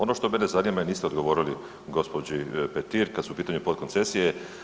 Ono što mene zanima i niste odgovorili gospođi Petir kada su u pitanju potkoncesije.